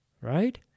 right